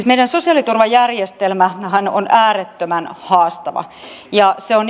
meidän sosiaaliturvajärjestelmämmehän on äärettömän haastava siitä on